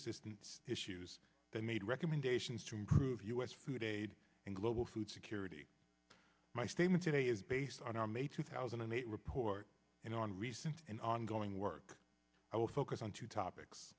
assistance issues that made recommendations to improve u s food aid and global food security my statement today is based on our may two thousand and eight report and on recent and ongoing work i will focus on two topics